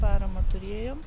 paramą turėjom